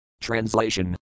Translation